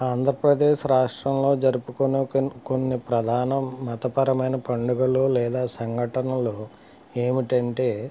ఆంధ్రప్రదేశ్ రాష్ట్రంలో జరుపుకునే కొన్ని కొన్ని ప్రధాన మతపరమైన పండుగలు లేదా సంఘటనలు ఏమిటంటే